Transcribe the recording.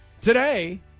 Today